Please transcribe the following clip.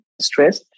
Stress